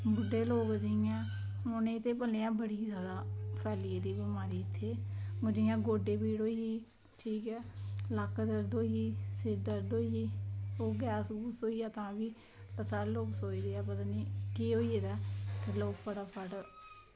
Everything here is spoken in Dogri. बुड्ढे लोक जियां तचे उनेंगी ते भलेआं जादै इंया फैली दी ऐ बमारी इत्थें ओह् जियां गोड्डे पीड़ होई ठीक ऐ लक्क दर्द होई सिर दर्द होई ओह् गैस होई तां बी ते साढ़े लोग सोचदे पता निं केह् होई गेदा ऐ ते लोग फटाफट